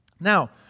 Now